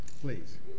Please